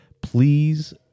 please